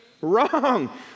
wrong